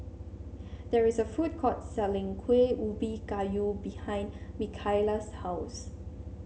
there is a food court selling Kuih Ubi Kayu behind Mikaela's house